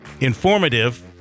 informative